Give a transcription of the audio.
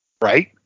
Right